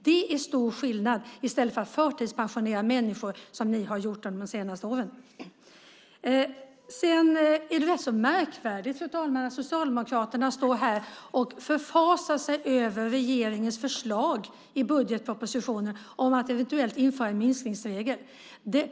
Det är stor skillnad mellan detta och att förtidspensionera människor, som ni har gjort de senaste åren. Det är rätt så märkvärdigt, fru talman, att Socialdemokraterna står här och förfasar sig över regeringens förslag i budgetpropositionen om att eventuellt införa en minskningsregel.